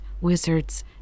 wizards